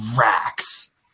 racks